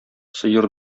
сыер